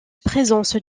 présence